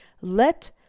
let